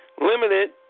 limited